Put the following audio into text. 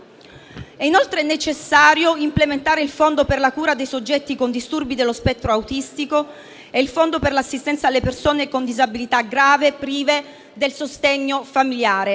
inoltre necessario implementare il Fondo per la cura dei soggetti con disturbo dello spettro autistico e il Fondo per l'assistenza alle persone con disabilità grave o prive del sostegno familiare.